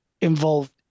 involved